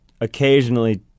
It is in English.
occasionally